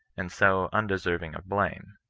and so undeserving of blame.